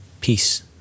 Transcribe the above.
Peace